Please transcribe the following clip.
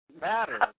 matter